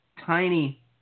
tiny